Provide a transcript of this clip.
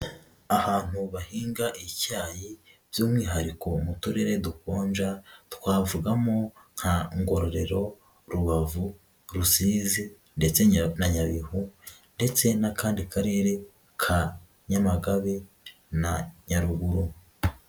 Ahantu bahinga icyayi by'umwihariko mu turere dukonja, twavugamo nka Ngororero, Rubavu, Rusizi ndetse na Nyabihu ndetse n'akandi karere ka Nyamagabe na Nyaruguru.